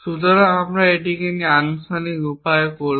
সুতরাং আমরা এটিকে কিছুটা আনুষ্ঠানিক উপায়ে করব